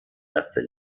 erster